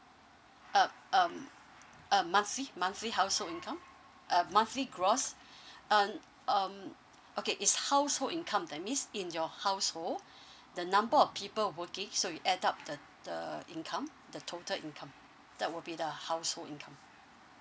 uh um um monthly monthly household income uh monthly gross um um okay is household income that means in your household the number of people working so you add up the the income the total income that will be the household income